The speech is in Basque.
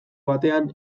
batean